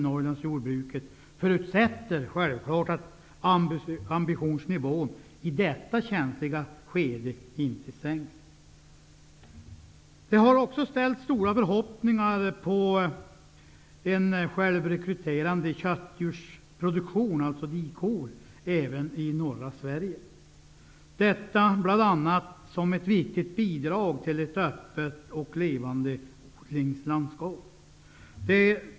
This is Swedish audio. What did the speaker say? Norrlandsjordbruket bygger självfallet på att ambitionsnivån i detta känsliga skede inte sänks. Stora förhoppningar har också ställts på en självrekryterande köttdjursproduktion -- dikor -- även i norra Sverige. Det skulle bl.a. vara ett viktigt bidrag till ett öppet och levande odlingslandskap.